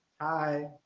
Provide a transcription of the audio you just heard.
hi